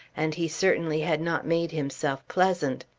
and he certainly had not made himself pleasant.